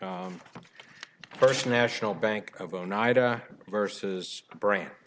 first national bank of oneida versus brant